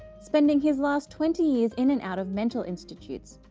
spending his last twenty years in and out of mental institutes.